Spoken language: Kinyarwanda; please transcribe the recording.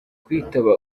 kwitaba